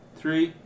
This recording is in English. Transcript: three